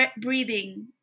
breathing